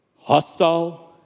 hostile